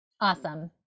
Awesome